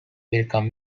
welcome